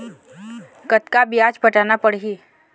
कतका ब्याज पटाना पड़ही?